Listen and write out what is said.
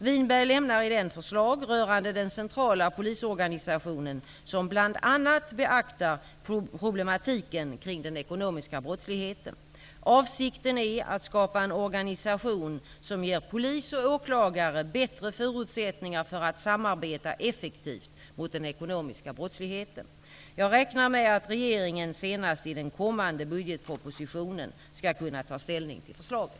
Winberg lämnar i den förslag rörande den centrala polisorganisationen som bl.a. beaktar problematiken kring den ekonomiska brottsligheten. Avsikten är att skapa en organisation som ger polis och åklagare bättre förutsättningar för att samarbeta effektivt mot den ekonomiska brottsligheten. Jag räknar med att regeringen senast i den kommande budgetpropositionen skall kunna ta ställning till förslaget.